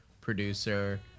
producer